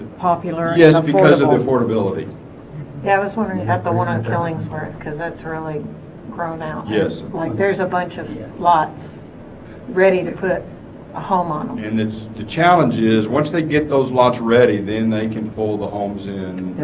popular yes because of the affordability yeah i was wondering you have the one on killingsworth cuz that's really grown out yes like there's a bunch of you lots ready to put a home um on and that's the challenge is once they get those lots ready then they can pull the homes in